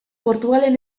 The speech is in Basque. portugalen